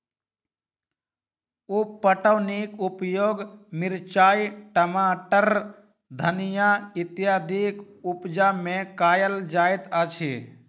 उप पटौनीक उपयोग मिरचाइ, टमाटर, धनिया इत्यादिक उपजा मे कयल जाइत अछि